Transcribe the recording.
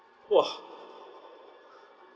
!wah!